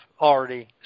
already